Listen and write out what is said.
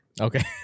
okay